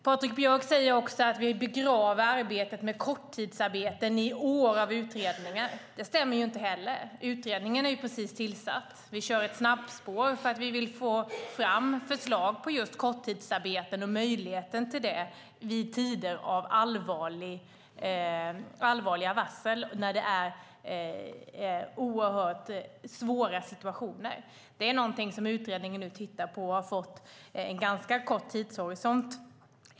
Patrik Björck säger också att vi begraver förslaget om korttidsarbeten i år av utredningar. Det stämmer inte heller. Utredningen är precis tillsatt. Vi kör ett snabbspår för att vi vill få fram förslag på möjligheten till att få korttidsarbeten vid tider av allvarliga varsel och andra oerhört svåra situationer. Det är något som utredningen tittar på med kort tidshorisont.